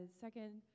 Second